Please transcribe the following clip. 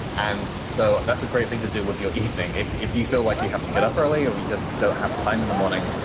and so that's a great thing to do with your evening. if if you feel like you have to get up early or you just don't have time in the morning,